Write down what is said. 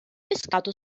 pescato